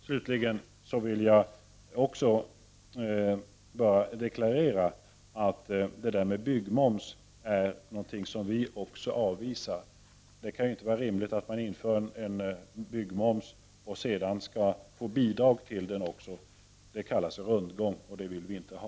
Slutligen vill jag bara deklarera att också vi avvisar byggmomsen. Det kan inte vara rimligt att en byggmoms införs som man sedan får bidrag till. Det kallas för rundgång, och det vill vi inte ha.